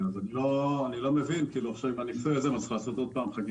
אני לא מבין, צריך לעשות חקיקה חדשה?